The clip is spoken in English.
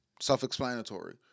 self-explanatory